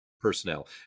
personnel